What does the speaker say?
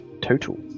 Total